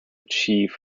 chief